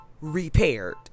repaired